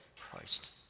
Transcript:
Christ